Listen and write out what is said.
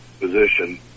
position